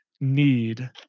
need